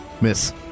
Miss